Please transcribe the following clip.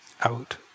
out